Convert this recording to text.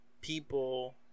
people